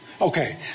Okay